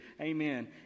Amen